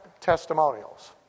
testimonials